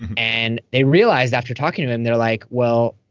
and they realized after talking to them, they're like, well.